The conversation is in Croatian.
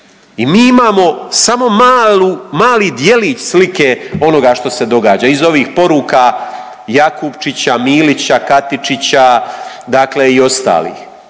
I mi imamo samo malu, mali djelić slike onoga što se događa iz ovih poruka Jakupčića, Milića, Katičića, dakle i ostalih